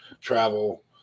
travel